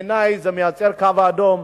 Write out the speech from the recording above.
בעיני, זה מייצר קו אדום.